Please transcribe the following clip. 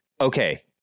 okay